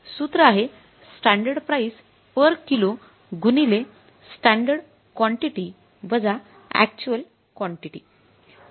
सूत्र आहे standard price per kilo गुणिले स्टँडर्ड कॉन्टिटी वजा अॅक्च्युअल कॉन्टिटी